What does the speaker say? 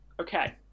Okay